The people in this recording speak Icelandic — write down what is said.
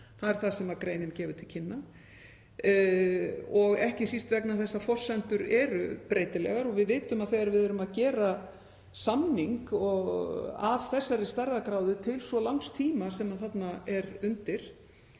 Það er það sem greinin gefur til kynna. Og ekki síst vegna þess að forsendur eru breytilegar. Við vitum að þegar við erum að gera samning af þessari stærðargráðu til svo langs tíma sem þarna er undir